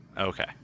Okay